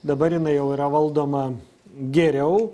dabar jinai jau yra valdoma geriau